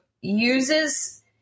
uses